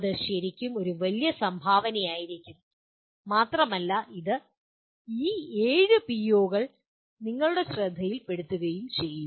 അത് ശരിക്കും ഒരു വലിയ സംഭാവനയായിരിക്കും മാത്രമല്ല ഇത് ഈ 7 പിഒകൾ നിങ്ങളുടെ ശ്രദ്ധയിൽപ്പെടുത്തുകയും ചെയ്യും